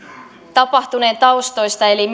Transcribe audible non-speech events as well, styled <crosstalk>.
tapahtuneen taustoista eli <unintelligible>